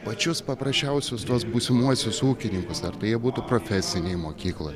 pačius paprasčiausius tuos būsimuosius ūkininkus ar tai jie būtų profesinėj mokykloj